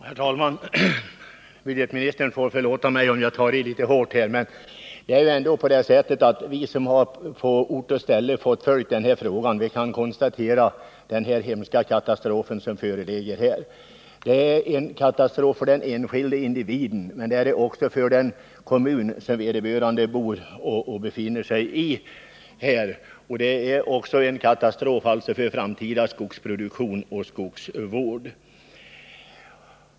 Herr talman! Budgetministern får förlåta mig om jag tar i litet hårt, men vi som på ort och ställe har följt denna fråga kan konstatera den hemska katastrof som föreligger. Det är en katastrof för den enskilde individen men också för den kommun som vederbörande bor och verkar i. Det är också en katastrof för framtida skogsproduktion och skogsvård.